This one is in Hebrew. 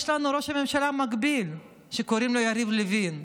יש לנו ראש ממשלה מקביל שקוראים לו יריב לוין.